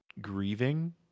grieving